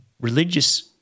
religious